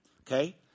okay